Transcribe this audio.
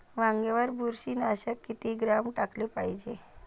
वांग्यावर बुरशी नाशक किती ग्राम टाकाले पायजे?